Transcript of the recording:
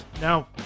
Now